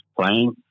playing